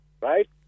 right